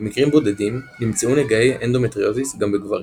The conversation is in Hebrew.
במקרים בודדים נמצאו נגעי אנדומטריוזיס גם בגברים.